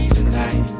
Tonight